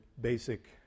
basic